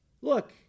Look